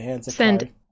send